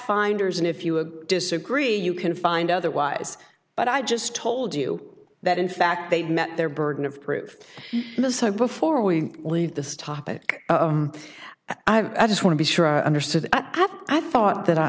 finders and if you disagree you can find otherwise but i just told you that in fact they met their burden of proof before we leave this topic i just want to be sure i understood that pov i thought that i